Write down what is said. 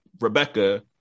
Rebecca